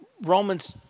Romans